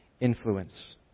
influence